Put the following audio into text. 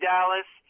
Dallas